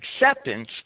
acceptance